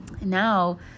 Now